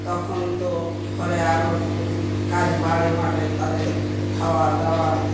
তখন তো ঘরে আরও একটু কাজ বাড়ে বাড়ে তাদের খাওয়া দাওয়া